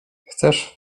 chcesz